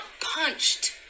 punched